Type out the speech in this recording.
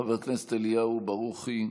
חבר הכנסת אליהו ברוכי,